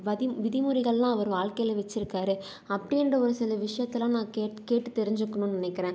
வதி விதிமுறைகளெலாம் அவர் வாழ்க்கையில் வச்சுருக்காரு அப்படின்ற ஒரு சில விஷயத்தலாம் நான் கே கேட்டு தெரிஞ்சுக்கணும்னு நினைக்கிறேன்